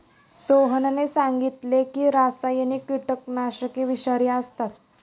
सोहनने सांगितले की रासायनिक कीटकनाशके विषारी असतात